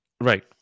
Right